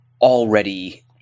already –